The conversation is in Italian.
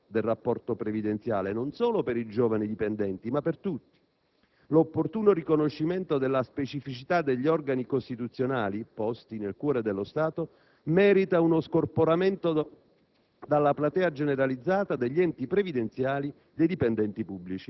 È allora preferibile una stabilizzazione anche normativa del rapporto previdenziale, non solo per i giovani dipendenti ma per tutti. L'opportuno riconoscimento della specificità degli organi costituzionali, posti nel cuore dello Stato, merita uno scorporamento